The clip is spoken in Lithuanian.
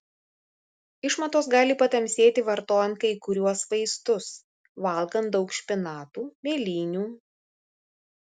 išmatos gali patamsėti vartojant kai kuriuos vaistus valgant daug špinatų mėlynių